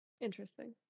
Interesting